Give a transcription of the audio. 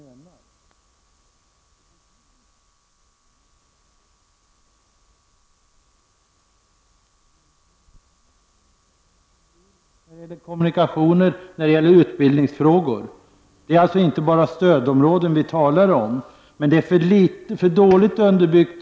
Det är faktiskt det som vi menar. Det finns mycket i den här propositionen, Monica Öhman, som är bra. Ni har tagit fasta på folkpartiets åsikter när det gäller kultur, kommunikationer och utbildningsfrågor. Vi talar alltså inte bara om stödområden.